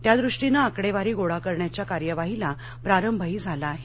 त्यादृष्टीनं आकडेवारी गोळा करण्याच्या कार्यवाहीला प्रारंभही झाला आहे